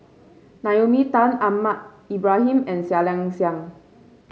Naomi Tan Ahmad Ibrahim and Seah Liang Seah